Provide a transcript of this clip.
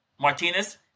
Martinez